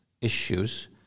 issues